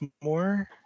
more